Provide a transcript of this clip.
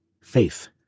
faith